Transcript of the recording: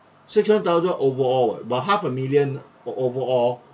six hundred thousand overall [what] but half a million o~ overall